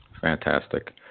Fantastic